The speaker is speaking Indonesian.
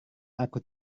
aku